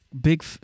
Big